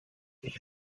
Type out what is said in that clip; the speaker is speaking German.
ich